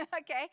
okay